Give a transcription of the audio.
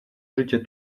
życie